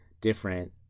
different